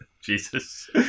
Jesus